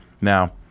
Now